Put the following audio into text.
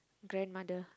grandmother